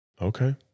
Okay